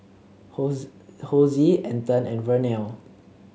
Hosie Anton and Vernell